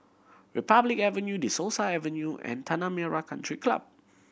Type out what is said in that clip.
Republic Avenue De Souza Avenue and Tanah Merah Country Club